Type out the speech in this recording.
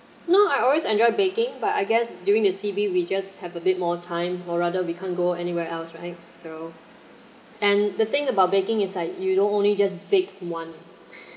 no I always enjoy baking but I guess during the C_B we just have a bit more time or rather we can't go anywhere else right so and the thing about baking is like you don't only just bake one